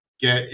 get